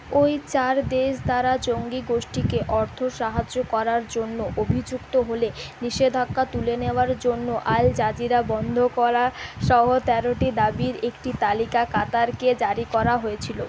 ওই চার দেশ দ্বারা জঙ্গি গোষ্ঠীকে অর্থ সাহায্য করার জন্য অভিযুক্ত হলে নিষেধাজ্ঞা তুলে নেওয়ার জন্য আল জাজিরা বন্ধ করা সহ তেরোটি দাবির একটি তালিকা কাতারকে জারি করা হয়েছিল